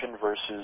versus